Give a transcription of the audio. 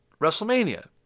WrestleMania